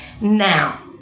Now